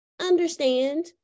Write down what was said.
understand